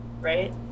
Right